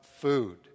food